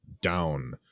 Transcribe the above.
down